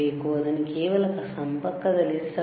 ಅದನ್ನು ಕೇವಲ ಸಂಪರ್ಕದಲ್ಲಿರಿಸಬೇಡಿ